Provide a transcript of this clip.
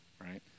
right